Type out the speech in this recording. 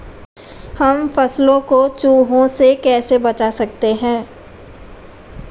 हम फसलों को चूहों से कैसे बचा सकते हैं?